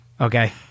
Okay